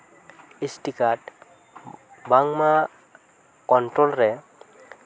S T card ᱵᱟᱝᱢᱟ control ᱨᱮ